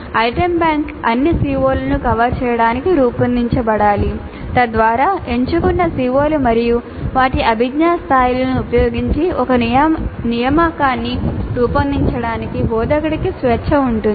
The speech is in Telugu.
ఐటెమ్ బ్యాంక్ అన్ని CO లను కవర్ చేయడానికి రూపొందించబడాలి తద్వారా ఎంచుకున్న CO లు మరియు వాటి అభిజ్ఞా స్థాయిలను ఉపయోగించి ఒక నియామకాన్ని రూపొందించడానికి బోధకుడికి స్వేచ్ఛ ఉంటుంది